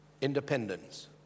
independence